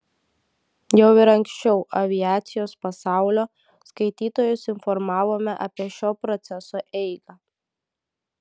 jau ir anksčiau aviacijos pasaulio skaitytojus informavome apie šio proceso eigą